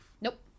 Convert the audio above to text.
nope